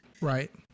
Right